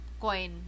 coin